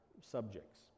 subjects